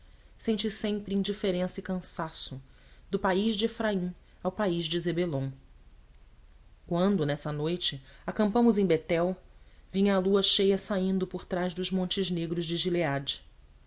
senti sempre indiferença e cansaço do país de efraim ao país de zebelon quando nessa noite acampamos em betel vinha a lua cheia saindo por trás dos montes negros de gileade